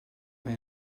mae